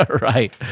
right